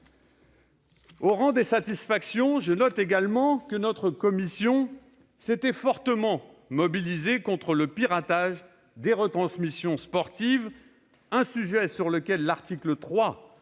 Au rang des satisfactions, je note que notre commission s'était fortement mobilisée contre le piratage des retransmissions sportives, un sujet sur lequel l'article 3